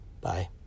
Bye